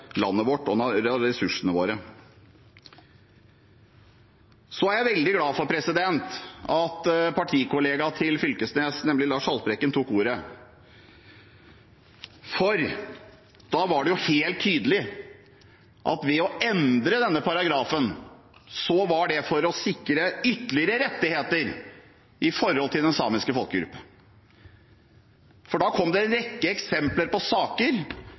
landet vårt og ressursene våre. Så er jeg veldig glad for at Knag Fylkesnes’ partifelle Lars Haltbrekken tok ordet, for da var det jo helt tydelig at man vil endre denne paragrafen for å sikre ytterligere rettigheter for den samiske folkegruppen. Det kom en rekke eksempler på saker